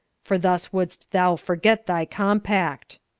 for thus wouldst thou forget thy compact.